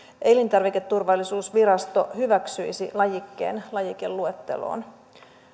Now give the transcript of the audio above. elintarviketurvallisuusvirasto hyväksyisi lajikkeen lajikeluetteloon